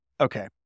Okay